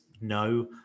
No